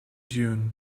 dune